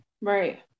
Right